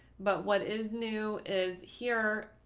but what is new is here.